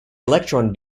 electron